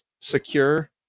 secure